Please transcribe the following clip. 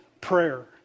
prayer